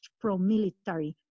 pro-military